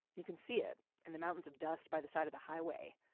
you can see it in the mountains of dust by the side of the highway,